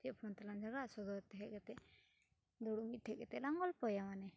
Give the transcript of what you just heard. ᱪᱮᱫ ᱯᱷᱳᱱ ᱛᱮᱞᱟᱝ ᱡᱷᱟᱜᱽᱲᱟᱜᱼᱟ ᱥᱴᱳᱨᱛᱮ ᱦᱮᱡ ᱠᱟᱛᱮᱫ ᱫᱩᱲᱩᱵ ᱢᱤᱫᱴᱷᱮᱱ ᱠᱟᱛᱮᱫᱞᱟᱝ ᱜᱚᱞᱯᱚᱭᱟ ᱢᱟᱱᱮ